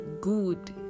good